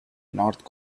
north